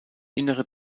innere